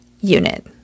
unit